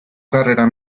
carrera